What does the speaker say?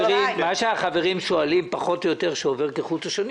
מה שהחברים שואלים פחות או יותר שעובר כחוט השני